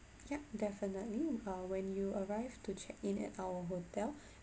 yup definitely err when you arrive to check in at our hotel